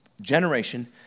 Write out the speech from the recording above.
Generation